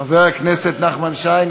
חבר הכנסת נחמן שי,